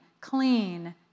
clean